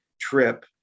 trip